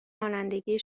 رانندگی